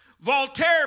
Voltaire